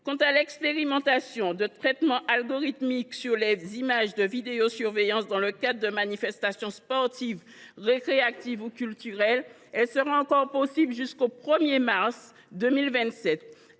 Quant à l’expérimentation de traitements algorithmiques sur les images de vidéosurveillance dans le cadre de manifestations sportives, récréatives ou culturelles, elle sera encore possible jusqu’au 1 mars 2027.